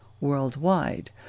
worldwide